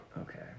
Okay